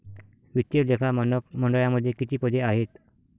वित्तीय लेखा मानक मंडळामध्ये किती पदे आहेत?